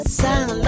sound